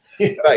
Right